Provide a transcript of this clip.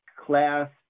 class